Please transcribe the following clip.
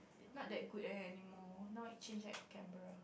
not that good anymore now it change at Canberra